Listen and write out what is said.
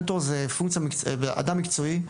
מנטור זה אדם מקצועי,